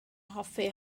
hoffi